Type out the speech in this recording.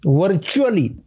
virtually